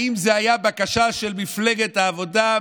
האם זאת הייתה בקשה של מפלגת העבודה,